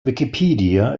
wikipedia